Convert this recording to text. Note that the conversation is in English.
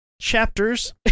chapters